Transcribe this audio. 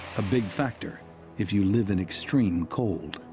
a big factor if you live in extreme cold.